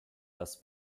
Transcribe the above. das